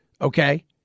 Okay